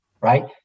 right